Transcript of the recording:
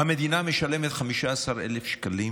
המדינה משלמת 15,000 שקלים